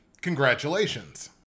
congratulations